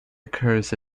occurs